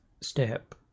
step